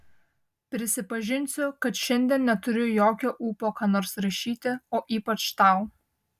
prisipažinsiu kad šiandien neturiu jokio ūpo ką nors rašyti o ypač tau